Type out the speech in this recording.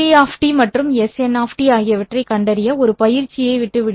S3 மற்றும் Sn ஆகியவற்றைக் கண்டறிய ஒரு பயிற்சியை விட்டு விடுகிறேன்